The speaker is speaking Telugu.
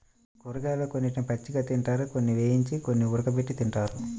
కూరగాయలలో కొన్నిటిని పచ్చిగా తింటారు, కొన్ని వేయించి, కొన్ని ఉడకబెట్టి తింటారు